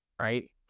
right